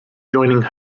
joining